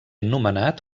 nomenat